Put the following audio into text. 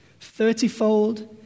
thirtyfold